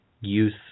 use